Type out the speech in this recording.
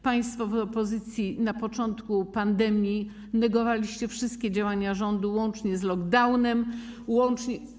Państwo z opozycji na początku pandemii negowaliście wszystkie działania rządu łącznie z lockdownem, łącznie z.